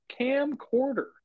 camcorder